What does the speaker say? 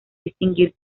distinguir